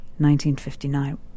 1959